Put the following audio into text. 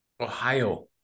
Ohio